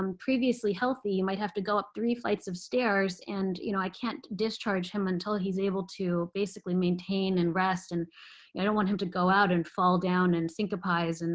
um previously healthy, might have to go up three flights of stairs. and you know i can't discharge him until he's able to basically maintain and rest. and and i don't want him to go out and fall down and syncopize,